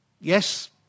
Yes